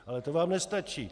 Ale to vám nestačí.